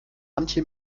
manche